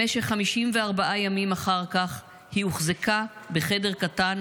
במשך 54 ימים אחר כך היא הוחזקה בחדר קטן